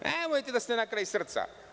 Nemojte da ste na kraj srca.